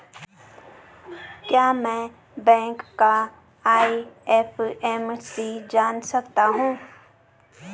क्या मैं बैंक का आई.एफ.एम.सी जान सकता हूँ?